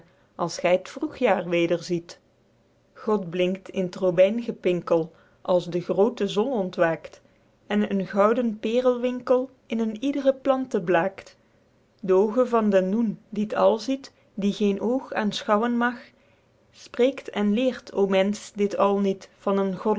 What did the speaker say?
als gy t vroegjaer weder ziet god blinkt in t robyngepinkel als de groote zonne ontwaekt en een gouden perelwinkel in een iedre plante blaekt de ooge van den noen die t al ziet die geen ooge aenschouwen mag spreekt en leert o mensch dit al niet van een